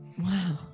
Wow